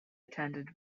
attended